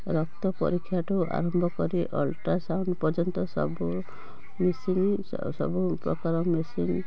ରକ୍ତପରୀକ୍ଷା ଠୁ ଆରମ୍ଭ କରି ଅଲଟ୍ରାସାଉଣ୍ଡ ପର୍ଯ୍ୟନ୍ତ ସବୁ ମେସିନ୍ ସବୁପ୍ରକାର ମେସିନ୍